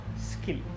skill